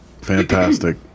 fantastic